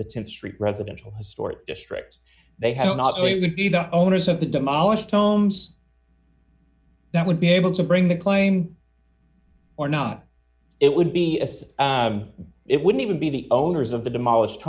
the ten st residential historic district they have not going to be the owners of the demolished homes that would be able to bring the claim or not it would be as it wouldn't even be the owners of the demolished